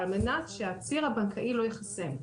על מנת שהציר הבנקאי לא ייחסם.